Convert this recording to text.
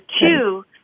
two